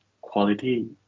quality